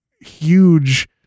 huge